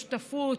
בשותפות.